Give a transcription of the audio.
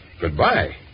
Goodbye